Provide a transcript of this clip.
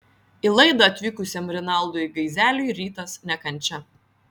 į laidą atvykusiam rinaldui gaizeliui rytas ne kančia